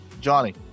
Johnny